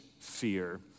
fear